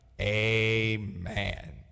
Amen